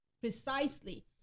precisely